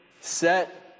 set